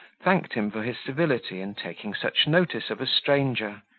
thanked him for his civility in taking such notice of a stranger,